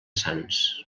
sants